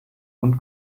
und